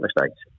mistakes